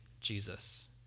Jesus